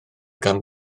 gan